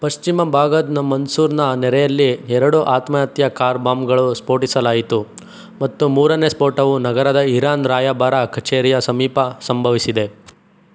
ಪಶ್ಚಿಮ ಬಾಗಾದ್ನ ಮನ್ಸೂರ್ನ ನೆರೆಯಲ್ಲಿ ಎರಡು ಆತ್ಅತ್ಯ ಕಾರ್ ಬಾಂಬ್ಗಳು ಸ್ಫೋಟಿಸಲಾಯಿತು ಮತ್ತು ಮೂರನೇ ಸ್ಫೋಟವು ನಗರದ ಇರಾನ್ ರಾಯಭಾರ ಕಚೇರಿಯ ಸಮೀಪ ಸಂಭವಿಸಿದೆ